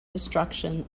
destruction